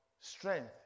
strength